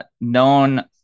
known